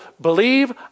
believe